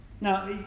Now